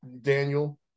Daniel